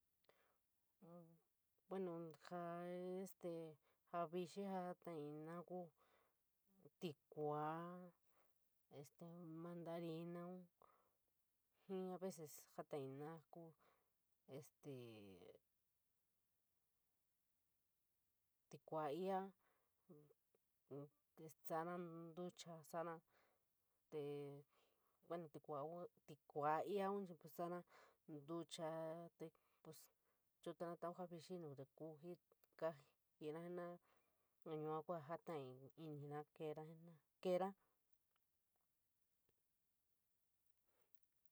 Bueno, jaa este ja viiri ja jataiina kuu tikua, este mondariñou, a vees jataiina ja kuu tikua faa sa’ora tucho, sa’ora, te buuno ñi kuu, tikua íoo saa nticha alubutou faa ja viiri ñuu te kuu jii, kaajira jenorara yuu kuu jataií intra keera.